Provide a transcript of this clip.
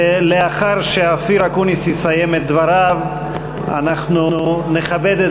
לאחר שאופיר אקוניס יסיים את דבריו אנחנו נכבד את